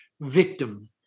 victim